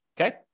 Okay